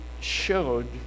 showed